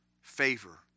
favor